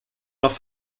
noch